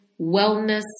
wellness